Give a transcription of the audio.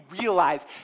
realize